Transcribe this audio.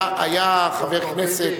היה חבר כנסת,